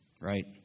Right